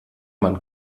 man